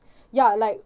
ya like